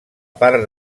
part